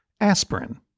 aspirin